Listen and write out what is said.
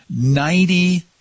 ninety